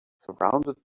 surrounded